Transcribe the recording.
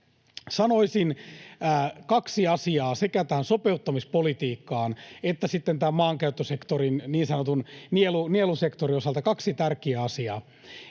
Sanoisin kaksi asiaa sekä tähän sopeuttamispolitiikkaan että tähän maankäyttösektoriin, niin sanotun nielusektorin osalta, kaksi tärkeää asiaa: